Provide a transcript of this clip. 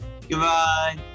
Goodbye